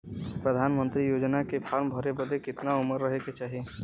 प्रधानमंत्री योजना के फॉर्म भरे बदे कितना उमर रहे के चाही?